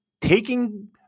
taking